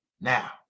now